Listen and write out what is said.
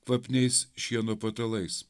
kvapniais šieno patalais